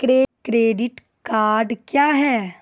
Credit card क्या हैं?